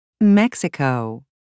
Mexico